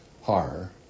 horror